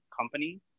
company